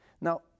Now